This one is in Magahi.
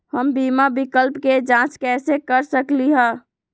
हम बीमा विकल्प के जाँच कैसे कर सकली ह?